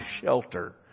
shelter